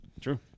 True